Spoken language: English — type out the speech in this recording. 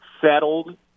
settled